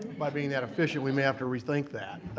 by being that efficient, we may have to rethink that.